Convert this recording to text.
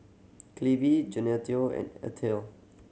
Cleve Gaetano and